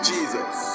Jesus